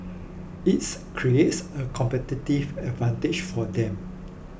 it's creates a competitive advantage for them